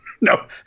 No